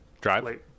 Drive